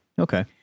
Okay